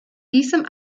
diesem